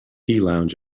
lounge